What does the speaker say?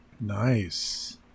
Nice